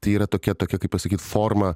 tai yra tokia tokia kaip pasakyti formą